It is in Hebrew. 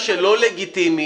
מה שלא לגיטימי,